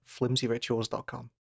flimsyrituals.com